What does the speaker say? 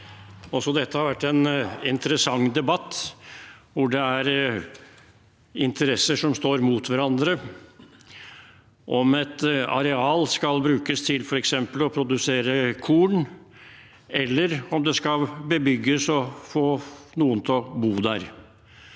dette har vært en interessant debatt, hvor det er interesser som står mot hverandre – om et areal skal brukes til f.eks. å produsere korn, eller om det skal bebygges og man skal få noen til å bo der.